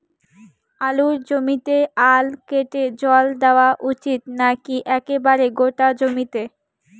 আলুর জমিতে আল কেটে জল দেওয়া উচিৎ নাকি একেবারে গোটা জমিতে?